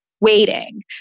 waiting